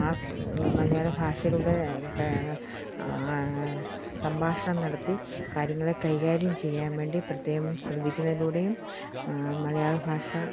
ആ മലയാള ഭാഷയിലൂടെ സംഭാഷണം നടത്തി കാര്യങ്ങളെ കൈകാര്യം ചെയ്യാൻ വേണ്ടി പ്രത്യേകം ശ്രദ്ധിക്കുന്നതിലൂടെയും മലയാളഭാഷ